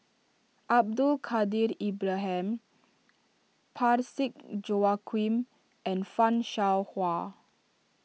Abdul Kadir Ibrahim Parsick Joaquim and Fan Shao Hua